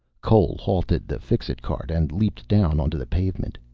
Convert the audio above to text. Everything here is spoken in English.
cole halted the fixit cart and leaped down onto the pavement.